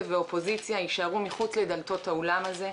ואופוזיציה ישארו מחוץ לדלתות האולם הזה,